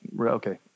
Okay